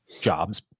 jobs